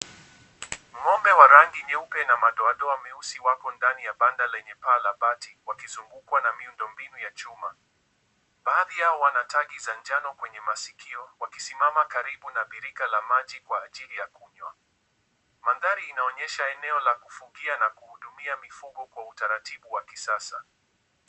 Ng'ombe wa rangi nyeupe na madoadoa meusi wako ndani ya banda lenye paa la bati wakizingukwa na miundo mbinu ya chuma. Baadhi yao wanatagi za njano kwenye maskio wakisimama karibu na birika la maji kwa ajili ya kunywa. Mandhari inaonyesha eneo la kufugia na kuhudumia mifugo kwa utaratibu wa kisasa.